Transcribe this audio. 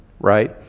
right